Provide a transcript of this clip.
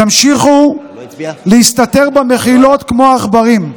תמשיכו להסתתר במחילות כמו עכברים.